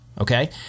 Okay